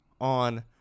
on